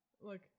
look